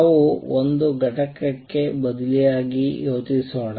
ನಾವು ಒಂದು ಘಟಕಕ್ಕೆ ಬದಲಿಯಾಗಿ ನೋಡೋಣ